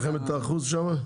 אין לכם את האחוז שם?